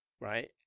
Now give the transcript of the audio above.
Right